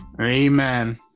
Amen